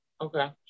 Okay